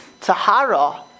Tahara